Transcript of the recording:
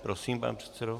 Prosím, pane předsedo.